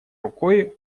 рукой